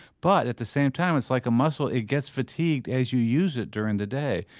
but at the same time, it's like a muscle it gets fatigued as you use it during the day,